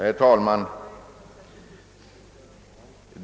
Herr talman!